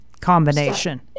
Combination